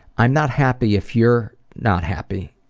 i'm not happy if you're not happy.